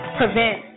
prevent